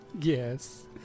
Yes